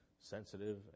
sensitive